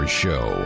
show